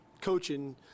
coaching